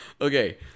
Okay